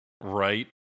Right